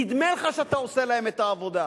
נדמה לך שאתה עושה להם את העבודה.